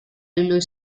lulu